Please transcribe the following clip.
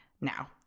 Now